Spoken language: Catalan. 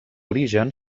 origen